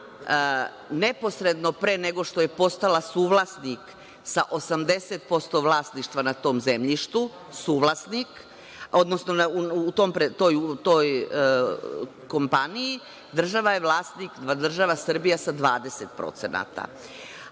neposredno pre nego što je postala suvlasnik sa 80% vlasništva na tom zemljištu suvlasnik, odnosno u toj kompaniji država Srbija je vlasnik sa 20%.